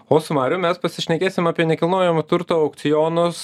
o su marium mes pasišnekėsim apie nekilnojamo turto aukcionus